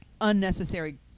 unnecessary